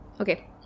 Okay